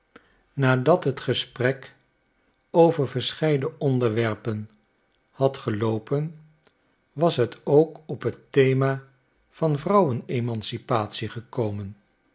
nadat het gesprek over verscheiden onderwerpen had geloopen was het ook op het thema van vrouwen emancipatie gekomen